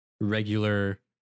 regular